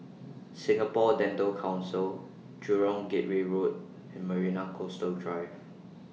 Singapore Dental Council Jurong Gateway Road and Marina Coastal Drive